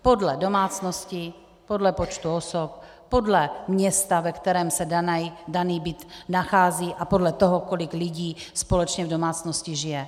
Podle domácnosti, podle počtu osob, podle města, ve kterém se daný byt nachází, a podle toho, kolik lidí společně v domácnosti žije.